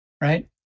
right